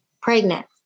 pregnant